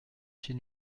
chez